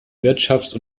wirtschafts